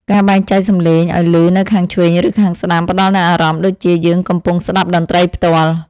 ការបែងចែកសំឡេងឱ្យឮនៅខាងឆ្វេង ឬ ខាងស្ដាំផ្ដល់នូវអារម្មណ៍ដូចជាយើងកំពុងស្ដាប់តន្ត្រីផ្ទាល់។